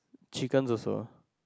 chicken also